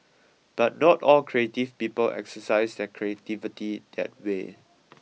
but not all creative people exercise their creativity that way